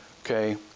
okay